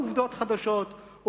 ונתגלו כל כך הרבה לא-עובדות חדשות,